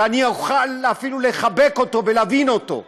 ואני אוכל אפילו לחבק אותו ולהבין אותו,